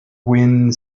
wind